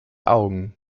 augen